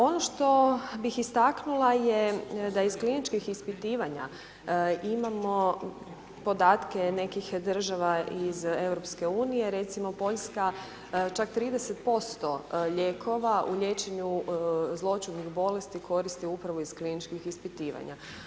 Ono što bih istaknula je da iz kliničkih ispitivanja imamo podatke nekih država iz EU, recimo, Poljska čak 30% lijekova u liječenju zloćudnih bolesti koriste upravo iz kliničkih ispitivanja.